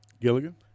Gilligan